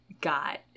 got